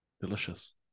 delicious